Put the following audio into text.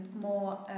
more